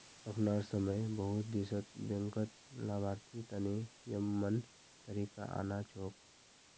अखनार समय बहुत देशत बैंकत लाभार्थी तने यममन तरीका आना छोक